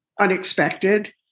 unexpected